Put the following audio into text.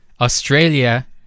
Australia